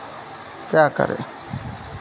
क्या करें